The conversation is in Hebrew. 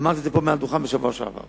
אמרתי את זה פה מעל הדוכן בשבוע שעבר.